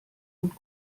und